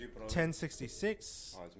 1066